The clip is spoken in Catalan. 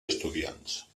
estudiants